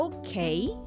Okay